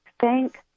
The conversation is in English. Thank